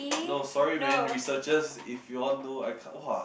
no sorry man researchers if you all know I can't !wah!